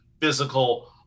physical